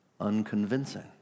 unconvincing